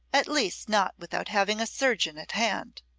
at least not without having a surgeon at hand.